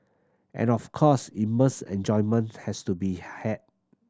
and of course immense enjoyment has to be had